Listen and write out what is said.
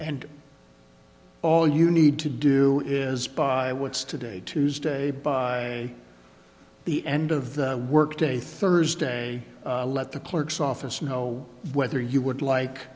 and all you need to do is buy what's today tuesday by the end of the work day thursday let the clerk's office know whether you would like